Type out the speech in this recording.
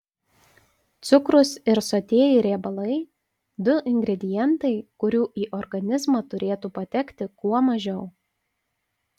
cukrus ir sotieji riebalai du ingredientai kurių į organizmą turėtų patekti kuo mažiau